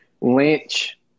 Lynch